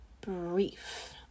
brief